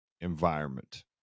environment